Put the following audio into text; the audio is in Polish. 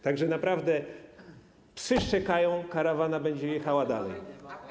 Także naprawdę psy szczekają, karawana będzie jechała dalej.